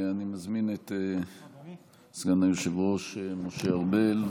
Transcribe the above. אני מזמין את סגן היושב-ראש משה ארבל,